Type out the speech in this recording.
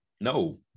No